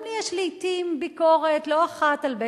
גם לי יש לעתים ביקורת לא אחת על בית-המשפט,